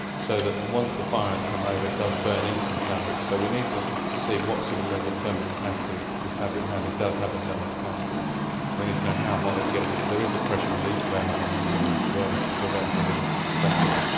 so that once the fire has come over it does burn into the fabric, so we need to see what sort of level of thermal capacity the fabric has. it does have a thermal capacity, so we need to know how hot it gets. there is a pressure relief valve on the unit as well to prevent negative vacuum.